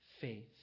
Faith